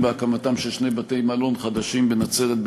בהקמתם של שני בתי-מלון חדשים בנצרת,